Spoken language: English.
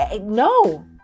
No